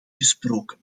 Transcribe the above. gesproken